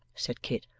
said kit,